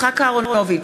יצחק אהרונוביץ,